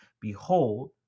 Behold